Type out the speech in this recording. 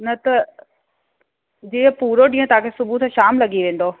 न त जीअं पूरो ॾींहुं तव्हांखे सुबुह सां शाम लॻी वेंदव